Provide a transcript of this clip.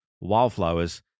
wildflowers